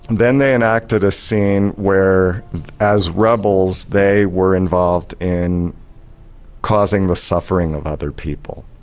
then they enacted a scene where as rebels they were involved in causing the suffering of other people.